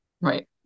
Right